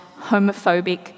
homophobic